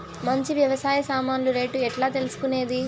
మంచి వ్యవసాయ సామాన్లు రేట్లు ఎట్లా తెలుసుకునేది?